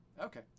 Okay